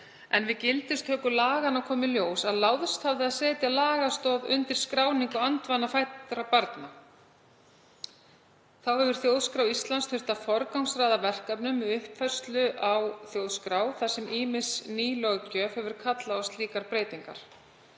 en við gildistöku laganna kom í ljós að láðst hafði að setja lagastoð undir skráningu andvana fæddra barna. Þá hefur Þjóðskrá Íslands þurft að forgangsraða verkefnum við uppfærslu á þjóðskrá þar sem ýmis ný löggjöf hefur kallað á slíkar breytingar.